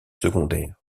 secondaires